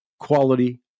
quality